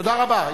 תודה רבה.